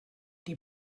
die